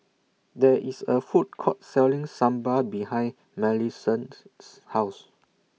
There IS A Food Court Selling Sambal behind Millicent's House